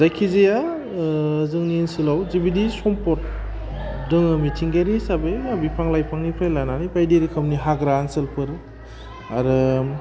जायखिजाय जोंनि ओनसोलाव जेबायदि सम्पद दङ मिथिंगायारि हिसाबै बिफां लाइफांनिफ्राय लानानै बायदि रोखोमनि हाग्रा ओनसोलफोर आरो